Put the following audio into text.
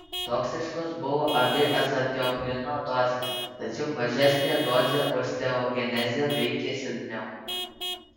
toksiškos buvo abi azatioprino dozės tačiau mažesnė dozė osteogenezę veikė silpniau